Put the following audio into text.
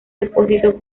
depósitos